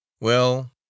Well